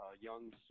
young